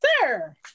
Sir